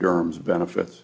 germond benefit